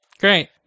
Great